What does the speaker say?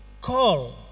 call